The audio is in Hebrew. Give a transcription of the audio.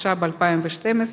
התשע"ב 2012,